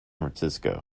francisco